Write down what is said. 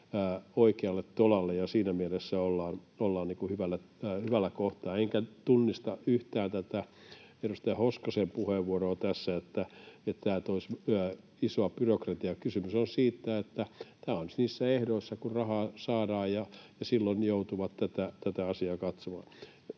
oikealle tolalle. Siinä mielessä ollaan hyvällä kohtaa. Enkä tunnista yhtään tätä edustaja Hoskosen puheenvuoroa tässä, että tämä toisi isoa byrokratiaa. Kysymys on siitä, että tämä on niissä ehdoissa, kun rahaa saadaan, ja silloin he joutuvat tätä asiaa katsomaan.